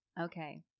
Okay